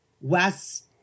West